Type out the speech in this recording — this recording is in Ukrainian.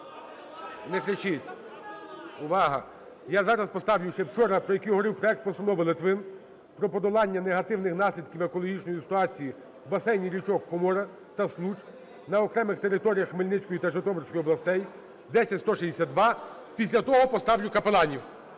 не кричіть! Увага! Я зараз поставлю ще вчора про який говорив, проект постанови, Литвин. Про подолання негативних наслідків екологічної ситуації в басейні річок Хомора та Случ на окремих територіях Хмельницької та Житомирської областей (10162). Після того поставлю капеланів.